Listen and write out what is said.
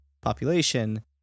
population